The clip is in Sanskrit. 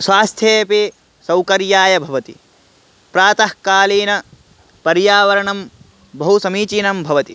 स्वास्थ्यमपि सौकर्याय भवति प्रातःकालीनं पर्यावरणं बहु समीचीनं भवति